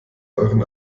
euren